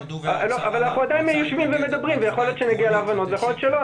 אנחנו עדיין יושבים ומדברים ויכול להיות שנגיע להבנות ויכול להיות שלא.